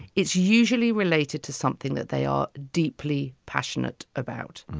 it's usually related to something that they are deeply passionate about.